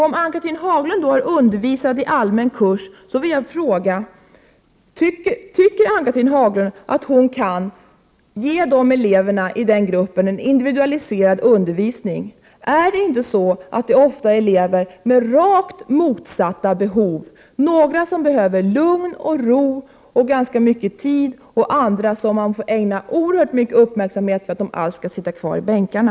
Om Ann-Cathrine Haglund har undervisat i allmän kurs vill jag fråga: Tycker Ann-Cathrine Haglund att hon kan ge eleverna i den gruppen en individualiserad undervisning? Är det inte så att eleverna ofta har rakt motsatta behov: några behöver lugn och ro och ganska mycket tid och andra får man ägna oerhört mycket uppmärksamhet för att de alls skall sitta kvar i bänkarna?